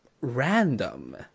random